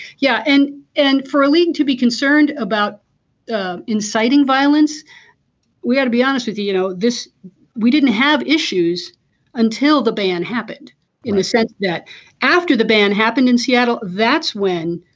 yeah and and for a league to be concerned about yeah inciting violence we ought to be honest with you you know this we didn't have issues until the ban happened in the said that after the ban happened in seattle that's when